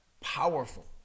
Powerful